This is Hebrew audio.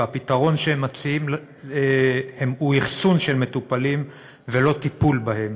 והפתרון שהם מציעים הוא אכסון של מטופלים ולא טיפול בהם.